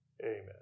amen